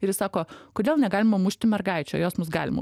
ir jis sako kodėl negalima mušti mergaičių ir jos mus gali mušt